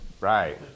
right